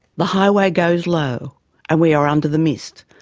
the highway goes low and we are under the mist.